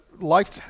life